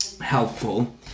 helpful